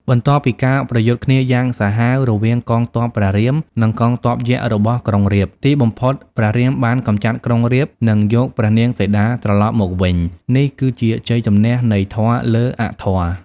បន្ទាប់ពីការប្រយុទ្ធគ្នាយ៉ាងសាហាវរវាងកងទ័ពព្រះរាម និងកងទ័ពយក្សរបស់ក្រុងរាពណ៍ ទីបំផុតព្រះរាមបានកម្ចាត់ក្រុងរាពណ៍ និងយកព្រះនាងសីតាត្រឡប់មកវិញ នេះគឺជាជ័យជម្នះនៃធម៌លើអធម៌ ។